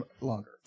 longer